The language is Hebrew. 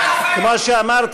הוא לא שמאל, כי הוא ערבי, נכון?